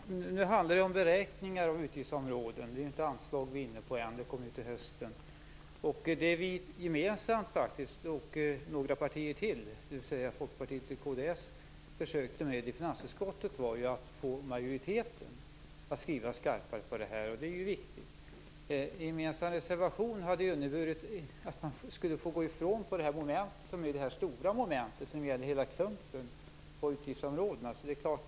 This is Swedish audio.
Fru talman! Nu handlar det om beräkningar av utgiftsområden. Det är inte anslagen som vi är inne på än - det kommer till hösten. Det Miljöpartiet gemensamt med några partier, Folkpartiet och kd, försökte med i finansutskottet var att få majoriteten att skriva skarpare. Det var viktigt. En gemensam reservation hade inneburit att man skulle fått gå ifrån det stora momentet, som gäller hela utgiftsområdet.